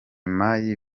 mai